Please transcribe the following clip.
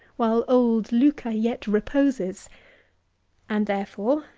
while old luca yet reposes and therefore,